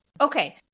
Okay